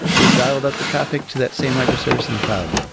we've dialed up the traffic to that same microservice in the cloud.